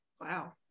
Wow